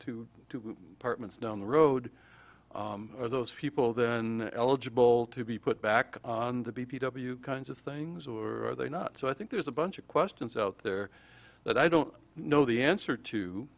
know to apartment down the road are those people then eligible to be put back on the beach kinds of things or are they not so i think there's a bunch of questions out there that i don't know the answer to